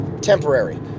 temporary